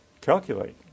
calculate